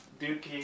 dookie